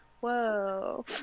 whoa